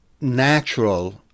natural